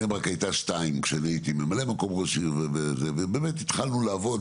בני ברק הייתה 2 כשהייתי ממלא מקום ראש העיר ובאמת התחלנו לעבוד